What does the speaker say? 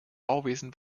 bauwesen